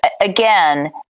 again